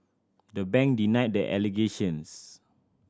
the bank denied the allegations